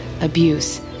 abuse